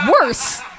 worse